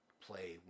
play